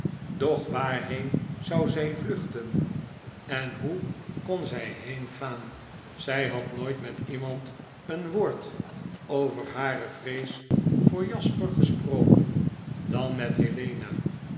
doch waarheen zou zy vluchten eh hoe kon zy heen gaan zy had nooit met iemand een woord over hare wees voor jasper gesproken dan met helena